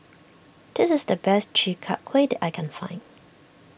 this is the best Chi Kak Kuih that I can find